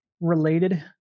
related